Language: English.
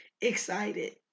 excited